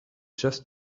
just